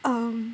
um